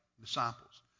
disciples